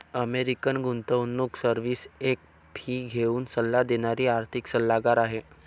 American गुंतवणूक service एक fee घेऊन सल्ला देणारी आर्थिक सल्लागार आहे